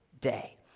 day